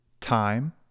time